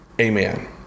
amen